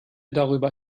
darüber